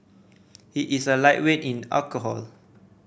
he is a lightweight in alcohol